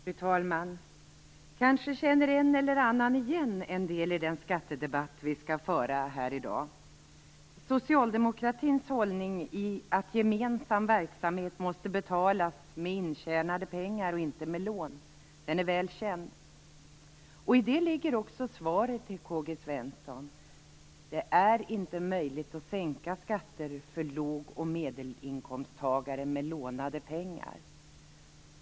Fru talman! Kanske känner en eller annan igen en del av den skattedebatt vi skall föra i dag. Socialdemokratins hållning i att gemensam verksamhet måste betalas med intjänade pengar och inte med lån är väl känd. I det ligger också svaret till K-G Svenson: Det är inte möjligt att sänka skatter för låg och medelinkomsttagare med hjälp av lånade pengar.